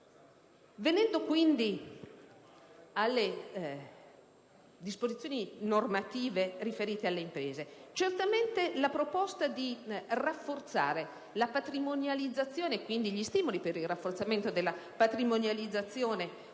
quanto riguarda le disposizioni normative riferite alle imprese, certamente la proposta di rafforzare la patrimonializzazione, e quindi gli stimoli per il rafforzamento della patrimonializzazione